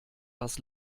was